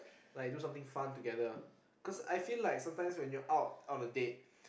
like do something fun together cause I feel like sometimes when you're out on a date